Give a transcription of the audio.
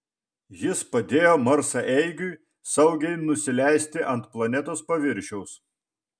jis padėjo marsaeigiui saugiai nusileisti ant planetos paviršiaus